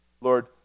Lord